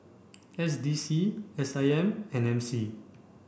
S D C S I M and M C